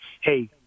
Hey